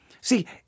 See